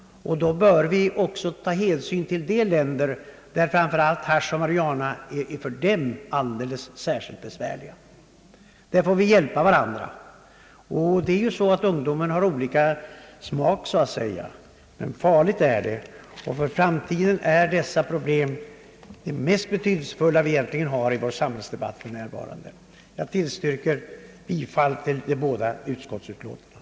Och då bör vi även ta hänsyn till de länder där framför allt hasch och marijuana är alldeles särskilt besvärliga problem. Vi får hjälpa varandra. Ungdomen har olika smak, så att säga, men farligt är det. Med tanke på framtiden är dessa problem de mest betydelsefulla vi för närvarande har i vårt samhälle. Jag yrkar bifall till utskottsutlåtandet.